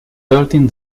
thirteen